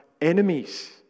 enemies